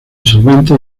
disolvente